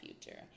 future